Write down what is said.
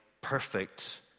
perfect